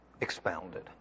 expounded